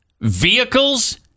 vehicles